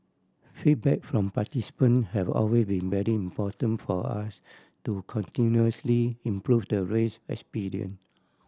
feedback from participant have always been very important for us to continuously improve the race experience